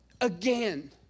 again